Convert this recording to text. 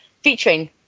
featuring